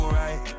right